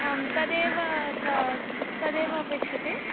आं तदेव तत् तदेव अपेक्ष्यते